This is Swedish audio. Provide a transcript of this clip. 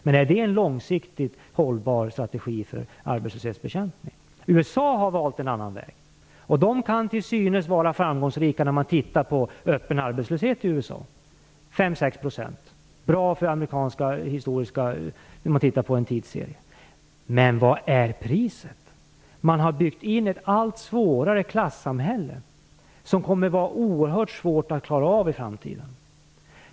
Men är det en långsiktigt hållbar strategi för arbetslöshetsbekämpning? USA har valt en annan väg, och de kan till synes vara framgångsrika när man tittar på öppen arbetslöshet i USA, som är 5-6 %. Det är bra för amerikanska historiker som tittar på en tidsserie. Men vad är priset? Man har byggt in ett allt tydligare klassamhälle, som det kommer att vara oerhört svårt att klara av i framtiden.